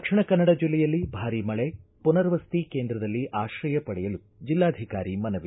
ದಕ್ಷಿಣ ಕನ್ನಡ ಜಿಲ್ಲೆಯಲ್ಲಿ ಭಾರಿ ಮಳೆ ಮನರ್ವಸತಿ ಕೇಂದ್ರದಲ್ಲಿ ಆಶ್ರಯ ಪಡೆಯಲು ಜಿಲ್ಲಾಧಿಕಾರಿ ಮನವಿ